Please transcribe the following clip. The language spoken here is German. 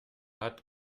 hat